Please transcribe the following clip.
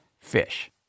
fish